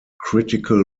critical